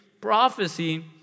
prophecy